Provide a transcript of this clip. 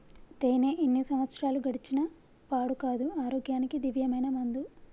తేనే ఎన్ని సంవత్సరాలు గడిచిన పాడు కాదు, ఆరోగ్యానికి దివ్యమైన మందు